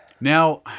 Now